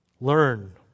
Learn